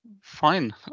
Fine